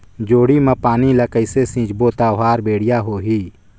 जोणी मा पानी ला कइसे सिंचबो ता ओहार बेडिया होही?